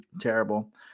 terrible